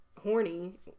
horny